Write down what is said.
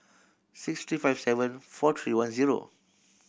six three five seven four three one zero